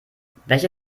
welche